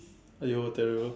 !aiyo! terrible